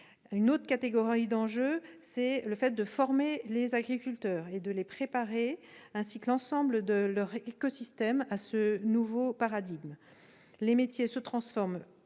Le deuxième enjeu est de former les agriculteurs et de les préparer, ainsi que l'ensemble de leur écosystème, à ce nouveau paradigme. Les métiers se transforment